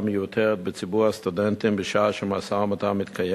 מיותרת בציבור הסטודנטים בשעה שמשא-ומתן מתקיים,